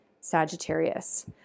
Sagittarius